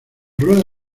rueda